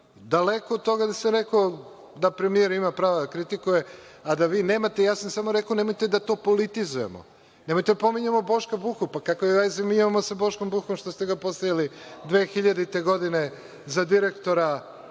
to. Daleko od toga da premijer ima prava da kritikuje, a da vi nemate. Ja sam samo rekao nemojte da to politizujemo. Nemojte da pominjemo Boška Buhu. Pa, kakve veze mi imamo sa Boškom Buhom što ste ga postavili 2000. godine za direktora